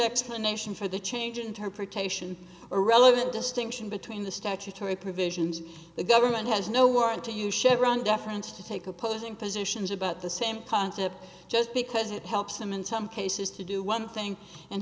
explanation for the change interpretation or relevant distinction between the statutory provisions the government has no warrant to you chevron deference to take opposing positions about the same concept just because it helps them in some cases to do one thing and